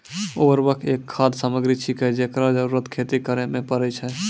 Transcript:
उर्वरक एक खाद सामग्री छिकै, जेकरो जरूरत खेती करै म परै छै